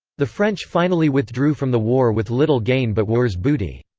the french finally withdrew from the war with little gain but war's booty.